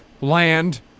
land